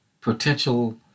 potential